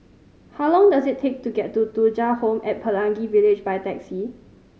how long does it take to get to Thuja Home at Pelangi Village by taxi